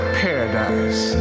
paradise